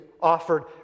offered